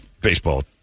baseball